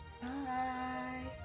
Bye